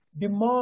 demand